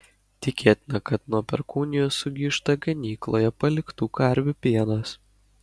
tikėta kad nuo perkūnijos sugyžta ganykloje paliktų karvių pienas